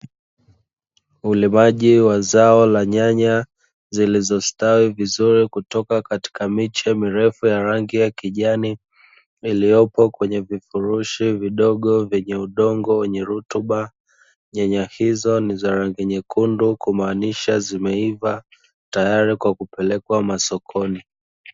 Ulimaji wa zao la nyanya zilizo stawi vizuri kutoka katika miche mirefu ya rangi ya kijani iliyopo kwenye vifurushi vidogo vyenye udongo wenye rutuba. Nyanya hizo ni za rangi nyekundu kumaanisha zimeiva, tayari kwa kupelekwa sokoni.